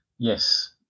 Yes